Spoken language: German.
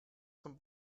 zum